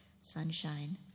sunshine